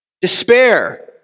Despair